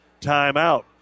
timeout